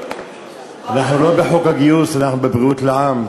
אנחנו לא בחוק הגיוס, אנחנו בבריאות לעם.